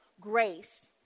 grace